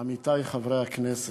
עמיתי חברי הכנסת,